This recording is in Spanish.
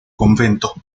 convento